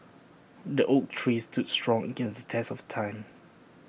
the oak tree stood strong against the test of time